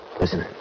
Listen